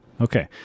Okay